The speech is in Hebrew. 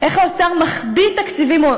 איך האוצר מחביא תקציבים,